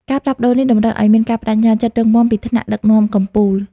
ការផ្លាស់ប្ដូរនេះតម្រូវឱ្យមាន ការប្ដេជ្ញាចិត្តរឹងមាំពីថ្នាក់ដឹកនាំកំពូល។